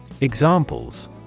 Examples